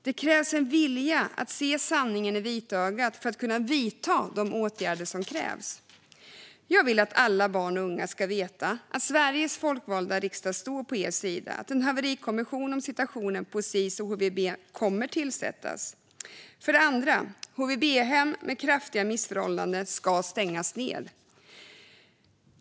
Det krävs en vilja att se sanningen i vitögat för att kunna vidta de åtgärder som krävs. Jag vill att alla barn och unga ska veta att Sveriges folkvalda riksdag står på er sida och att en haverikommission om situationen på Sis och HVB-hem kommer att tillsättas. För det andra: HVB-hem med kraftiga missförhållanden ska stängas.